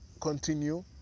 Continue